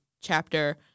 chapter